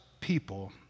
people